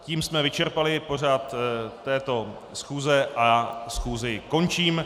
Tím jsme vyčerpali pořad této schůze a schůzi končím.